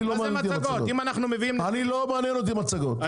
לא מעניין אותי מצגות.